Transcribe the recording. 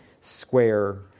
square